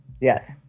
Yes